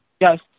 Yes